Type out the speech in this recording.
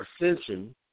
ascension